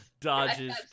Dodges